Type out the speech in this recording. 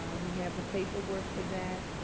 we have the paperwork for that.